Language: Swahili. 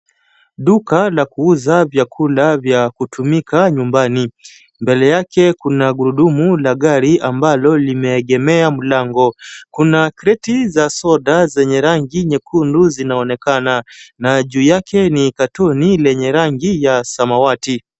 Duka la kuuza vyakula vya kutumika nyumbani. Mbele yake kuna gurudumu la gari ambalo limeegemea mlango. Kuna kreti za soda zenye rangi nyekundu zinaonekana, na juu yake ni katoni lenye rangi ya samawati.